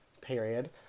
period